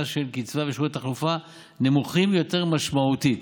של קצבה ושיעורי תחלופה נמוכים יותר משמעותית.